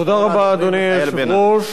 אדוני היושב-ראש,